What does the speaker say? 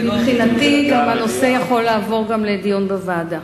מבחינתי, הנושא גם יכול לעבור לדיון בוועדה.